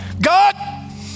God